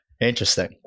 interesting